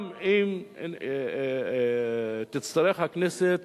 גם אם תצטרך הכנסת